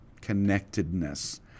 connectedness